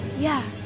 yeah,